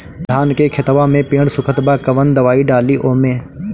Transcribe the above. धान के खेतवा मे पेड़ सुखत बा कवन दवाई डाली ओमे?